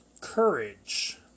Courage